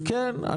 כן.